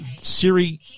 siri